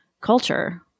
culture